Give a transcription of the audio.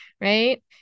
right